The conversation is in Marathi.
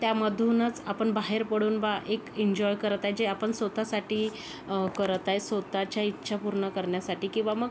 त्यामधूनच आपण बाहेर पडून बा एक एन्जॉय करत आहे जे आपण सोतासाठी करत आहे सोताच्या इच्छा पूर्ण करण्यासाठी की बा मग